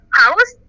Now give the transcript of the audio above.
house